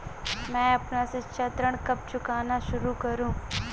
मैं अपना शिक्षा ऋण कब चुकाना शुरू करूँ?